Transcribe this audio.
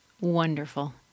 Wonderful